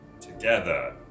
together